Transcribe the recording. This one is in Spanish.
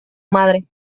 madre